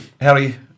Harry